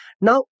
Now